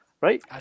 right